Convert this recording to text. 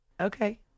Okay